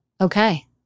Okay